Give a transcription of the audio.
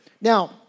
Now